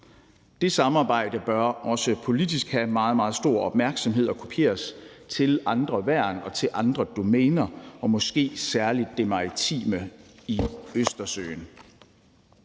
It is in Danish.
Det samarbejde bør også politisk have meget, meget stor opmærksomhed og kopieres til andre værn og til andre domæner, og måske særlig det maritime i Østersøen.